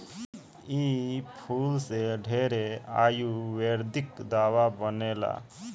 इ फूल से ढेरे आयुर्वेदिक दावा बनेला